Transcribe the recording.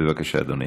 בבקשה, אדוני.